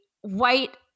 white